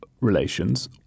relations